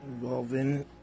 involving